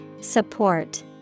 Support